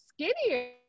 skinnier